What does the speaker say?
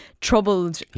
troubled